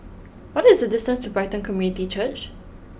what is the distance to Brighton Community Church